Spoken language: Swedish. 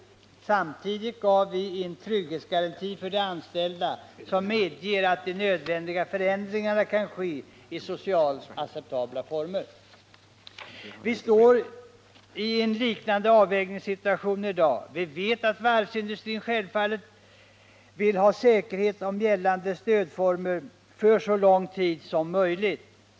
Samtidigt gav vi en trygghetsgaranti för de anställda som medger att de nödvändiga förändringarna kan ske i socialt acceptabla former. Vi står i en liknande avvägningssituation i dag. Vi vet att varvsindustrin självfallet vill ha säkerhet om gällande stödformer för så lång tid som möjligt.